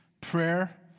prayer